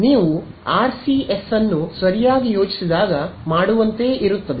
ನೀವು ಆರ್ಸಿಎಸ್ ಅನ್ನು ಸರಿಯಾಗಿ ಯೋಜಿಸಿದಾಗ ಮಾಡುವಂತೆಯೇ ಇರುತ್ತದೆ